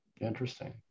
Interesting